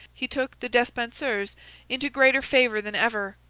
he took the despensers into greater favour than ever,